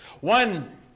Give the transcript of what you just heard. One